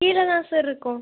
கீழே தான் சார் இருக்கோம்